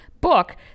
book